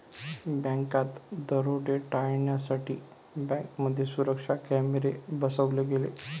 बँकात दरोडे टाळण्यासाठी बँकांमध्ये सुरक्षा कॅमेरे बसवले गेले